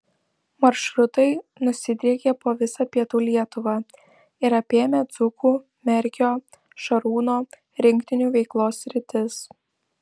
maršrutai nusidriekė po visą pietų lietuvą ir apėmė dzūkų merkio šarūno rinktinių veiklos sritis